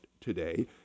today